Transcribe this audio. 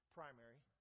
primary